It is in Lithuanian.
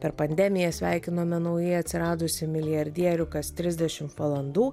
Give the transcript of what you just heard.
per pandemiją sveikinome naujai atsiradusį milijardierių kas trisdešim valandų